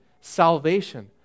salvation